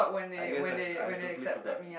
I guess I've I totally forgot